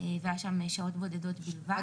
והיה שם שעות בודדות בלבד.